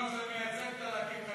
לא, זה מייצג את הלקקנים.